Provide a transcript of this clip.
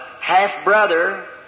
half-brother